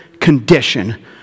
condition